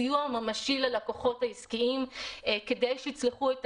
סיוע ממשי ללקוחות העסקיים כדי שיצלחו את